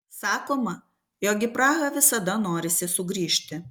sakoma jog į prahą visada norisi sugrįžti